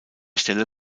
stelle